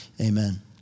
Amen